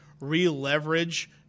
re-leverage